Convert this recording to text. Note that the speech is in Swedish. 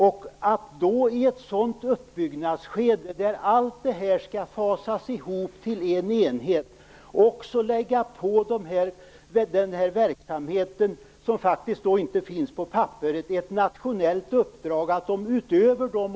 Miljöpartiet vill nu i detta uppbyggnadsskede, när allt det här skall fasas ihop till en enhet, också lägga på en verksamhet som inte ens finns på papper ett uppdrag av nationell omfattning utöver de organisatoriska frågor som ingår i detta. Det är faktiskt en belastning för verksamheten som jag inte tror att den håller för.